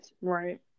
Right